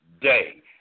day